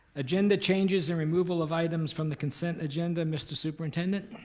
agenda changes and removal of items from the consent agenda, mr. superintendent?